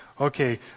Okay